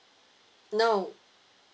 no